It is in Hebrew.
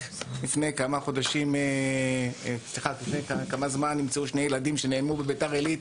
רק לפני כמה זמן נמצאו שני ילדים שנעלמו בביתר עילית,